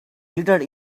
glittered